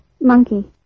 Monkey